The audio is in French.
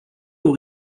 aux